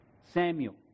Samuel